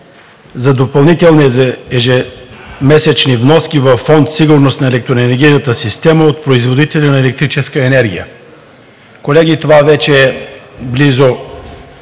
за допълнителни ежемесечни вноски във фонд „Сигурност на електроенергийната система“ от производители на електрическа енергия. Колеги, вече близо